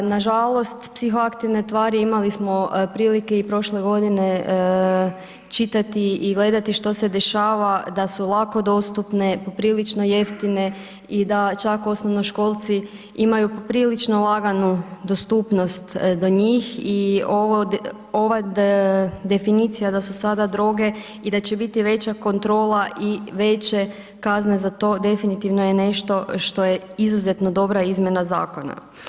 Nažalost, psihoaktivne tvari imali smo prilike i prošle godine čitati i gledati što se dešava da su lako dostupne, poprilično jeftine i da čak osnovnoškolci imaju poprilično laganu dostupnost do njih i ova definicija da su sada droge i da će biti veća kontrola i veće kazne za to, definitivno je nešto što je izuzetno dobra izmjena zakona.